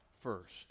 first